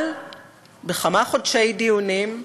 אבל בכמה חודשי דיונים,